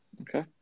okay